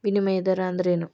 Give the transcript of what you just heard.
ವಿನಿಮಯ ದರ ಅಂದ್ರೇನು?